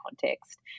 context